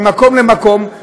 ממקום למקום,